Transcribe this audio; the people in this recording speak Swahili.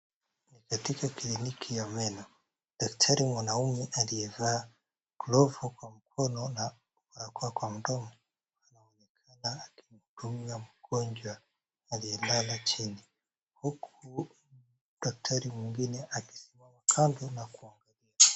Ni katika kliniki ya meno, daktari mwanaume aliyevaa glovu kwa mkono na barakoa kwa mdomo anaonekana akihudumia mgonjwa aliyelala chini huku daktari mwingine akisimama kando na kuangalia.